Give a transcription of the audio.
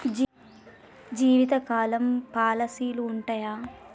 జీవితకాలం పాలసీలు ఉంటయా?